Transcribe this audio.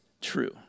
true